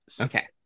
Okay